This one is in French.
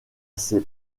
ses